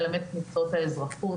מלמדת מקצועות האזרחות,